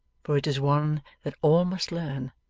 for it is one that all must learn,